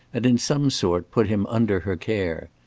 and in some sort put him under her care.